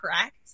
correct